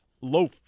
loaf